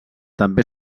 també